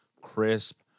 crisp